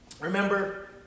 Remember